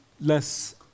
less